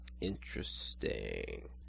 Interesting